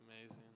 amazing